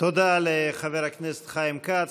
תודה לחבר הכנסת חיים כץ.